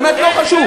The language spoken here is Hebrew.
באמת לא חשוב.